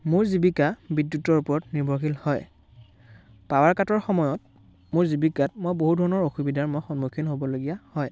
মোৰ জীৱিকা বিদ্যুতৰ ওপৰত নিৰ্ভৰশীল হয় পাৱাৰ কাটৰ সময়ত মোৰ জীৱিকাত মই বহুত ধৰণৰ অসুবিধাৰ মই সন্মুখীন হ'বলগীয়া হয়